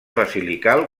basilical